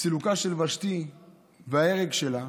סילוקה של ושתי וההרג שלה,